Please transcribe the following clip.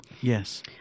Yes